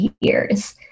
years